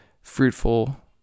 fruitful